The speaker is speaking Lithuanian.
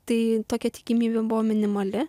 tai tokia tikimybė buvo minimali